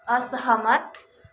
असहमत